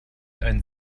ein